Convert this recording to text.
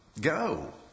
Go